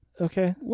Okay